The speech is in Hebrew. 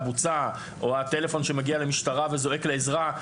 בוצע או הטלפון שמגיע למשטרה וזועק לעזרה,